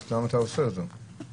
אז למה אתה עושה את זה?